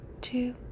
two